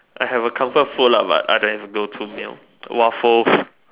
I have a comfort food lah but I don't have a go to meal waffles